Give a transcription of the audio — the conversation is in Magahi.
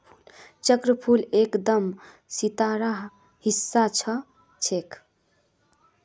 चक्रफूल एकदम सितारार हिस्सा ह छेक